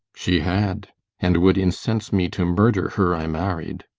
she had and would incense me to murder her i married.